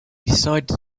decided